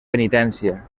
penitència